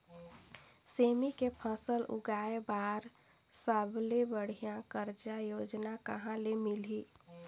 सेमी के फसल उगाई बार सबले बढ़िया कर्जा योजना कहा ले मिलही?